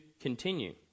continue